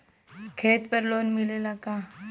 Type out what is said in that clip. खेत पर लोन मिलेला का?